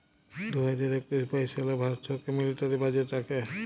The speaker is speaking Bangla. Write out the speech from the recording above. দু হাজার একুশ বাইশ সালে ভারত ছরকার মিলিটারি বাজেট রাখে